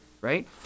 right